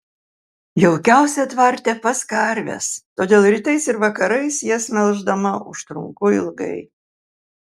jaukiausia tvarte pas karves todėl rytais ir vakarais jas melždama užtrunku ilgai